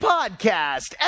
Podcast